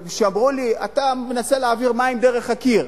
אמרו לי: אתה מנסה להעביר מים דרך הקיר.